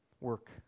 work